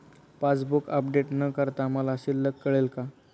Passbook update न करता मला शिल्लक कळेल का?